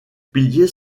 piliers